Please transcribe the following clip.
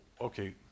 okay